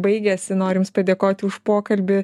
baigiasi noriu jums padėkoti už pokalbį